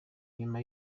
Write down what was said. inyuma